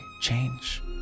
change